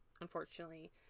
unfortunately